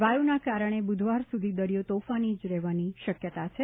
વાયુના કારણે બુધવાર સુધી દરિયો તોફાની જ રહેવાની શક્યતા છે